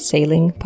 Sailing